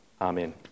amen